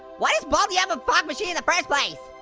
why does baldi have a fog machine in the first place?